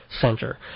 Center